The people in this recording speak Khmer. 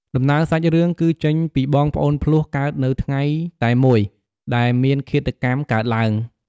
ដំណើរសាច់រឿង គឺចេញពីបងប្អូនភ្លោះកើតនៅថ្ងៃតែមួយដែលមានឃាតកម្មកើតឡើង។